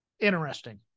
interesting